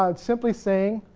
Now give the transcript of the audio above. ah simply saying.